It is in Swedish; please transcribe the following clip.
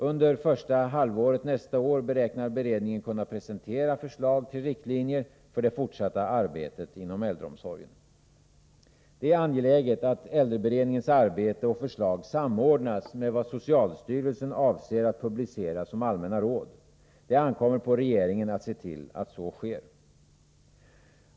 Under första halvåret nästa år beräknar beredningen kunna presentera förslag till riktlinjer för det fortsatta arbetet inom äldreomsorgen. Det är angeläget att äldreberedningens arbete och förslag samordnas med vad socialstyrelsen avser att publicera som allmänna råd. Det ankommer på regeringen att se till att så sker.